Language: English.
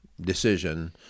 decision—